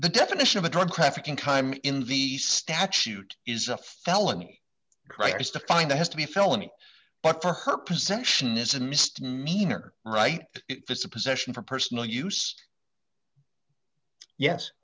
the definition of a drug trafficking time in the statute is a felony is defined a has to be a felony but for her possession is a misdemeanor right it's a possession for personal use yes